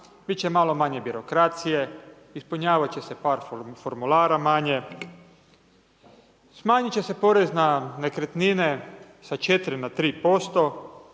bit će malo manje birokracije, ispunjavat će se par formulara manje, smanjit će se porez na nekretnine sa 4 na 3%